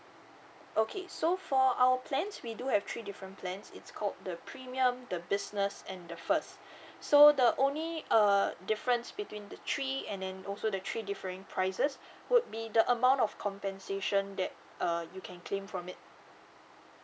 okay so for our plans we do have three different plans it's called the premium the business and the first so the only uh difference between the three and then also the three different prices would be the amount of compensation that uh you can claim from it